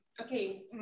okay